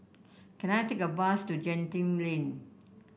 can I take a bus to Genting Lane